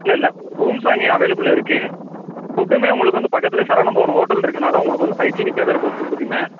இல்லை இல்லை ரூம்ஸும் அங்கே அவைலபிள் இருக்குது ஃபுட்டுமே உங்களுக்கு வந்து பக்கத்திலே சரவண பவன் ஹோட்டல் இருக்கனால் உங்களுக்கு வந்து ஹைஜீனிக்காவே இருக்கும் ஃபுட்டுக்குமே